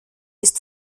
ist